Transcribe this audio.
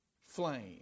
flame